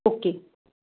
okay